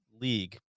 league